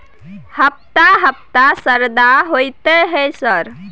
हफ्ता हफ्ता शरदा होतय है सर?